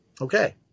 Okay